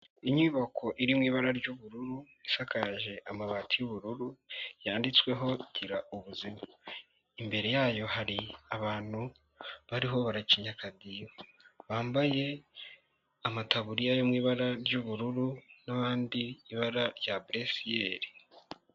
Inyubako iri mu ibara ry'ubururu, isakaje amabati y'ubururu yanditsweho gira ubuzima, imbere yayo hari abantu bariho baracinya akadiho bambaye amataburiya yo mu ibara ry'ubururu n'ahandi ibara rya buresiyeri.